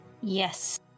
Yes